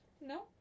no